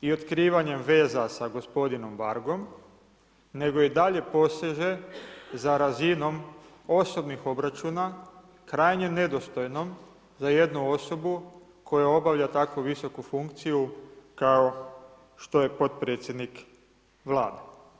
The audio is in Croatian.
i otkrivanjem veza sa gospodinom Vargom, nego i dalje poseže za razino osobnih obračuna krajnje nedostojnom za jednu osobu koja obavlja tako visoku funkciju kao što je podpredsjednik Vlade.